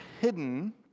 hidden